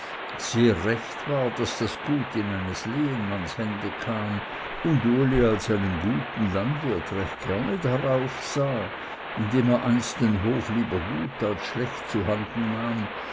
sehr recht war daß das gut in eines lehenmanns hände kam und uli als einen guten landwirt recht gerne darauf sah indem er einst den hof lieber gut als schlecht zuhanden nahm